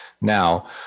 now